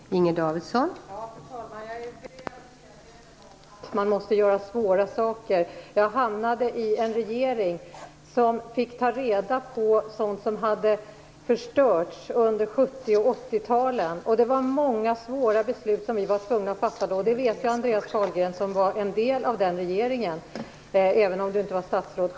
Fru talman! Jag är väl medveten om att man måste göra svåra saker. Jag hamnade i en regering som fick ta reda på sådant som hade förstörts under 70 och 80 talen. Det var många svåra beslut som vi då var tvungna att fatta. Det vet Andreas Carlgren som var knuten till den regeringen, även om han inte var statsråd.